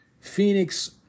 Phoenix